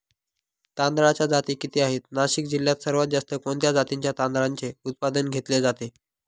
तांदळाच्या जाती किती आहेत, नाशिक जिल्ह्यात सर्वात जास्त कोणत्या जातीच्या तांदळाचे उत्पादन घेतले जाते?